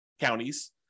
counties